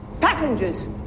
Passengers